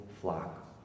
flock